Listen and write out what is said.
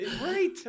Right